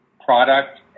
product